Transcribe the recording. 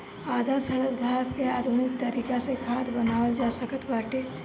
आधा सड़ल घास के आधुनिक तरीका से खाद बनावल जा सकत बाटे